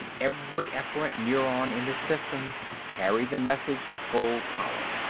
every efferent neuron in his system carried the message full power.